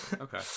okay